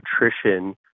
nutrition